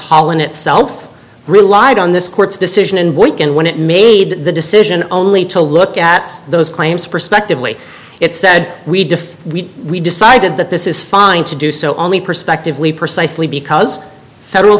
holland itself relied on this court's decision in weekend when it made the decision only to look at those claims prospectively it said we defer we decided that this is fine to do so only prospectively precisely because federal